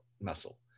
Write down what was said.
muscle